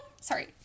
sorry